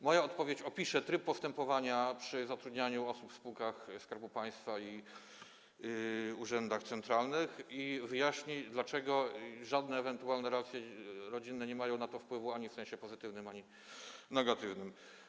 Moja odpowiedź opisze tryb postępowania przy zatrudnianiu osób w spółkach Skarbu Państwa i urzędach centralnych i wyjaśni, dlaczego żadne ewentualne relacje rodzinne nie mają na to wpływu ani w sensie pozytywnym, ani negatywnym.